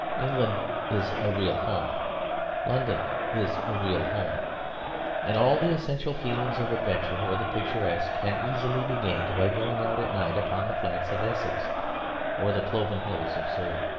england is a real home london is a real home and all the essential feelings of adventure or the picturesque can easily be gained by going out at night upon the flats of essex or the cloven hills of surrey.